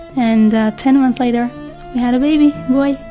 and ten months later we had a baby boy.